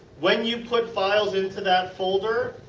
when you put files into that folder,